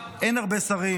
אין הרבה שרים,